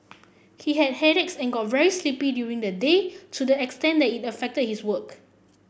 he had headaches and got very sleepy during the day to the extent that it affected his work